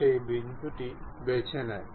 মেটে আমরা যে দুটি জিনিস অ্যাসেম্বল করতে করতে চাই